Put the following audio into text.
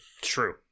true